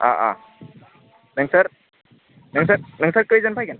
नोंसोर नोंसोर खोयजोन फैगोन